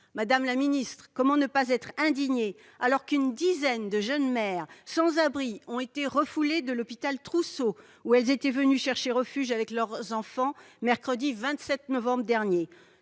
d'Île-de-France ? Comment ne pas être indigné alors qu'une dizaine de jeunes mères sans abri ont été refoulées de l'hôpital Trousseau, où elles étaient venues chercher refuge avec leurs enfants, mercredi 27 novembre dernier ?